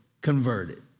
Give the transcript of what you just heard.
converted